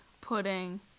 pudding